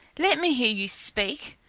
let me hear you speak.